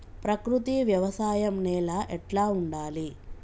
ప్రకృతి వ్యవసాయం నేల ఎట్లా ఉండాలి?